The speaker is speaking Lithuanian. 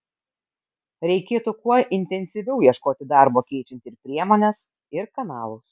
reikėtų kuo intensyviau ieškoti darbo keičiant ir priemones ir kanalus